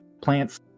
plants